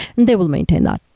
and they will maintain that.